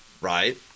Right